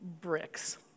bricks